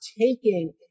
taking